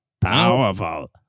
Powerful